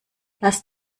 lass